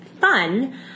fun